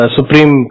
Supreme